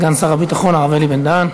סגן שר הביטחון הרב אלי בן-דהן.